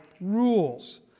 rules